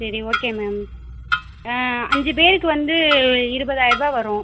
சரி okay ma'am அஞ்சு பேருக்கு வந்து இருபதாயிரம் ரூபாய் வரும்